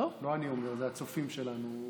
לא אני אומר, זה הצופים שלנו.